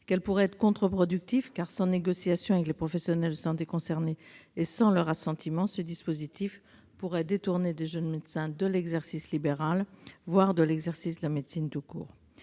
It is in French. mais pourrait être contre-productive : sans négociation avec les professionnels de santé concernés, sans leur assentiment, ce dispositif pourrait détourner de jeunes médecins de l'exercice libéral, voire de l'exercice de la médecine tout court.